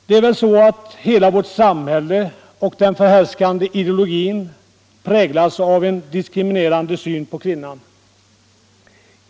Det är väl så att hela vårt samhälle, och den förhärskande ideologin där präglas av en diskriminerande syn på kvinnan.